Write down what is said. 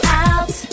out